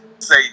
Say